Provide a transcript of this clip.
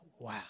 Wow